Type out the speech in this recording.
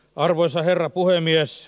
arvoisa herra puhemies